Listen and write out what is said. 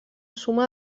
suma